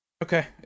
Okay